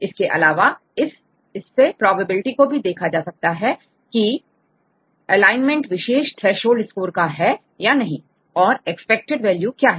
इसके अलावा इस प्रोबेबिलिटी को भी देखा जा सकता है की एलाइनमेंट विशेष थ्रेसहोल्ड स्कोर का है या नहीं और एक्सपेक्टेड वैल्यू क्या है